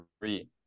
three